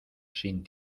sin